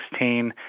2016